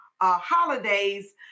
holidays